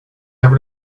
have